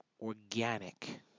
organic